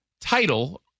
title